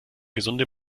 gesunde